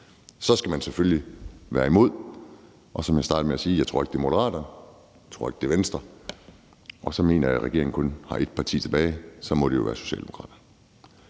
så skal man selvfølgelig være imod. Som jeg startede med at sige, tror jeg ikke, det er Moderaterne, jeg tror ikke, det er Venstre, og så mener jeg, at regeringen kun har et parti tilbage. Så må det jo være Socialdemokraterne.